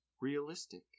realistic